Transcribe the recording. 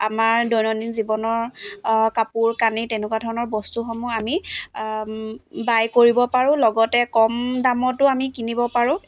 আমাৰ দৈনন্দিন জীৱনৰ কাপোৰ কানি তেনেকুৱা ধৰণৰ বস্তুসমূহ আমি বাই কৰিব পাৰোঁ লগতে কম দামতো আমি কিনিব পাৰোঁ